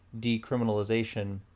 decriminalization